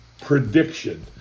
prediction